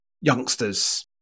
youngsters